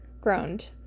groaned